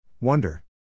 Wonder